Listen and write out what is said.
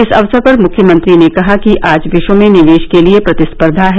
इस अवसर पर मृख्यमंत्री ने कहा कि आज विश्व में निवेश के लिये प्रतिस्पर्धा है